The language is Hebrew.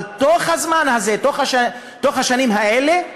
אבל בתוך הזמן הזה, בתוך השנים האלה,